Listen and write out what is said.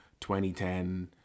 2010